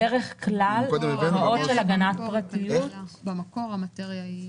בדרך כלל בהוראות של הגנת הפרטיות זה פרק של ועדת הכלכלה.